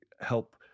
help